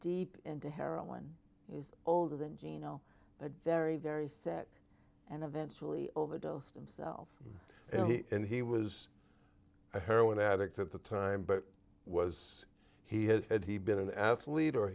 deep into heroin is older than gino but very very sick and eventually overdosed themselves and he was a heroin addict at the time but was he had had he been an athlete or